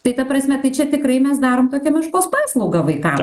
tai ta prasme tai čia tikrai mes darom tokią meškos paslaugą vaikam